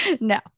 No